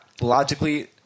logically